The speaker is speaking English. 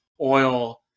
oil